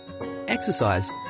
exercise